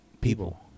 people